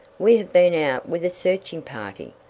we have been out with a searching party.